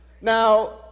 now